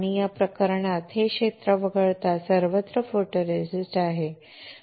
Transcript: या प्रकरणात हे क्षेत्र वगळता सर्वत्र photoresist आहे